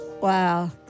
wow